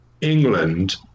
England